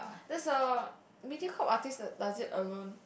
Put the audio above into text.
there is a Mediacorp artist that does it alone